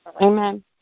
Amen